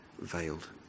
veiled